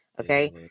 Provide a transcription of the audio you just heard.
okay